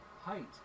height